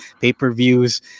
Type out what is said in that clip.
pay-per-views